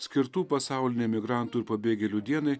skirtų pasaulinei migrantų ir pabėgėlių dienai